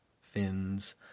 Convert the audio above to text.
fins